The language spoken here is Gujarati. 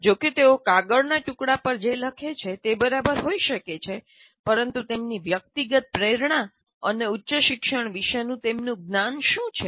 જો કે તેઓ કાગળના ટુકડા પર જે લખે છે તે બરાબર હોઈ શકે છે પરંતુ તેમની વ્યક્તિગત પ્રેરણા અને ઉચ્ચશિક્ષણ વિશેનું તેમના જ્ઞાન શું છે